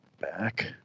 back